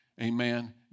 amen